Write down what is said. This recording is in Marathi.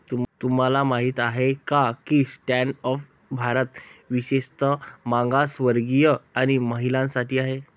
तुम्हाला माहित आहे का की स्टँड अप भारत विशेषतः मागासवर्गीय आणि महिलांसाठी आहे